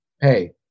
hey